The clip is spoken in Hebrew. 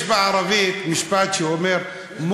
יש בערבית משפט שאומר: